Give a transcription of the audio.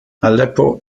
aleppo